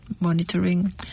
monitoring